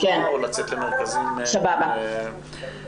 או לצאת למרכזים --- בפגישה הקודמת שקיימנו בוועדה,